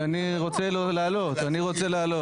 אבל אני רוצה להעלות את זה.